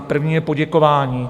První je poděkování.